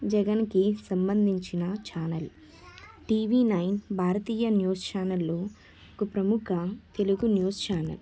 జగన్ కి సంబంధించి channel TV nine Bharatiya news ఛానల్లు ఒక ప్రముఖ తెలుగు న్యూస్ ఛానల్